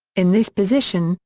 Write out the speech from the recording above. in this position,